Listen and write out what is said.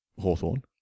Hawthorne